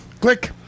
click